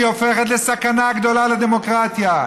היא הופכת לסכנה גדולה לדמוקרטיה.